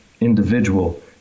individual